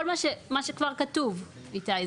כל מה שכבר כתוב, איתי.